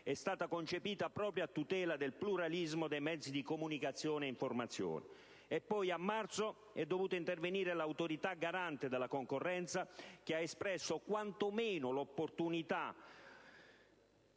è stata concepita proprio a tutela del pluralismo dei mezzi di comunicazione e informazione. E poi a marzo è dovuta intervenire l'Autorità garante della concorrenza e del mercato che ha espresso, quantomeno, l'opportunità